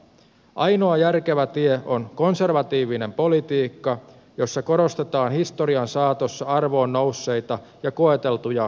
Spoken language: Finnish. ainoa järkevä tie on konservatiivinen politiikka jossa korostetaan historian saatossa arvoon nousseita ja koeteltuja hyveitä